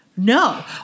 No